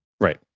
Right